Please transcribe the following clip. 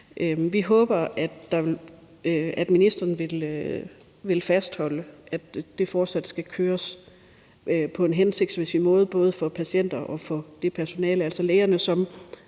Vi håber, at ministeren vil fastholde, at det fortsat skal køres på en hensigtsmæssig måde, både for patienter og det personale, altså lægerne, som